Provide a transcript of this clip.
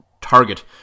target